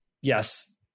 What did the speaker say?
yes